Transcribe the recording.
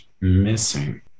missing